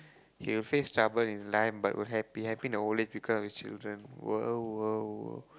he will face trouble in life but will happy happy in the old age because of children !woah! !woah!